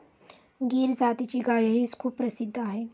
गीर जातीची गायही खूप प्रसिद्ध आहे